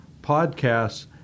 podcasts